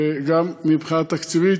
וגם מבחינה תקציבית,